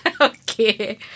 Okay